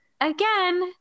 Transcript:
again